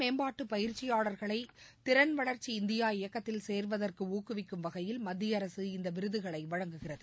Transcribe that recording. மேம்பாட்டு பயிற்சியாளர்களை திறன் வளர்ச்சி இந்தியா திறன் இயக்கத்தில் சேர்வதற்கு ஊக்குவிக்கும் வகையில் மத்திய அரசு இந்த விருதுகளை வழங்குகிறது